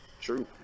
True